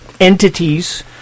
entities